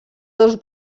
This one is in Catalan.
dos